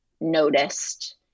noticed